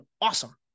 awesome